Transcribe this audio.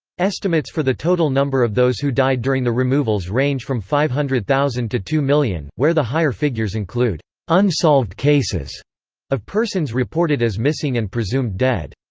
estimates for the total number of those who died during the removals range from five hundred thousand to two million, where the higher figures include unsolved cases of persons reported as missing and presumed dead.